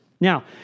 Now